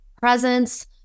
presence